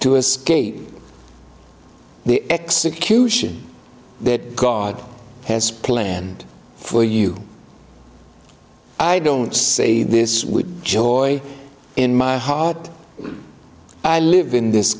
to escape the execution that god has planned for you i don't say this with joy in my heart i live in this